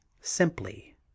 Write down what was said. simply